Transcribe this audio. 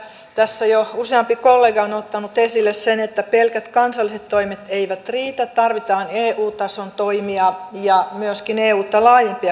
tässä jo useampi kollega on ottanut esille sen että pelkät kansalliset toimet eivät riitä tarvitaan eu tason toimia ja myöskin euta laajempia kasainvälisiä toimia